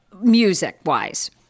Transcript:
music-wise